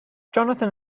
johnathan